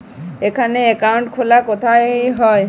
এখানে অ্যাকাউন্ট খোলা কোথায় হয়?